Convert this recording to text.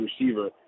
receiver